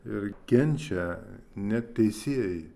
ir kenčia net teisieji